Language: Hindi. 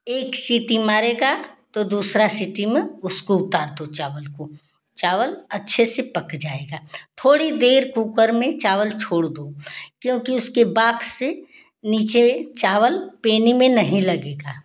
एक सिटी मारेगा तो दुसरा सिटी में उसको उतार दो चावल को चावल अच्छे से पक जाएगा थोड़ी देर कुकर में चावल छोड़ दो क्योंकि उसके बाप से नीचे चावल पेंदी में नहीं लगेगा